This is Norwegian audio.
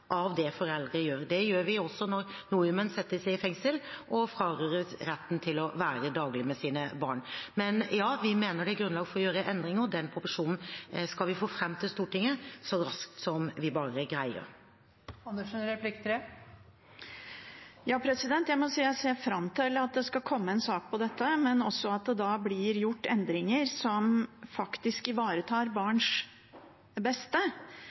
av det foreldre gjør. Det gjør vi også når nordmenn settes i fengsel og frarøves retten til å være sammen med sine barn daglig. Men ja, vi mener det er grunnlag for å gjøre endringer, og den proposisjonen skal vi få fram til Stortinget så raskt som vi bare greier. Jeg må si jeg ser fram til at det skal komme en sak om dette, men også at det da blir gjort endringer som faktisk ivaretar barns beste.